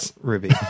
Ruby